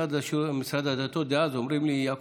ובמשרד הדתות דאז אומרים לי: יעקב,